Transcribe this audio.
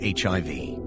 HIV